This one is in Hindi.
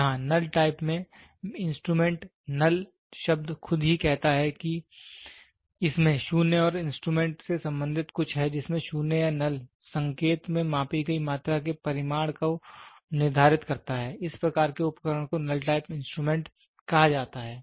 यहाँ नल टाइप में इंस्ट्रूमेंट नल शब्द खुद ही कहता है कि इसमें 0 और इंस्ट्रूमेंट से संबंधित कुछ है जिसमें 0 या नल संकेत में मापी गई मात्रा के परिमाण को निर्धारित करता है इस प्रकार के उपकरण को नल टाइप इंस्ट्रूमेंट कहा जाता है